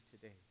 today